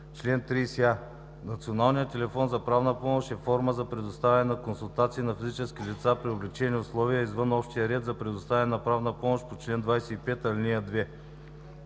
„Чл. 30а. Националният телефон за правна помощ е форма за предоставяне на консултация на физически лица при облекчени условия извън общия ред за предоставяне на правна помощ по чл. 25, ал. 2.